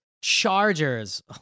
Chargers